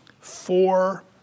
four